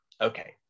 Okay